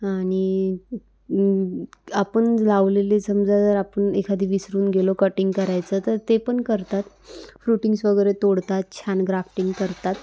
आणि आपण लावलेले समजा जर आपण एखादी विसरून गेलो कटिंग करायचं तर ते पण करतात फ्रुटिंग्स वगैरे तोडतात छान ग्राफ्टिंग करतात